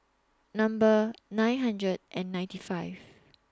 Number nine hundred and ninety five